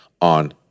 on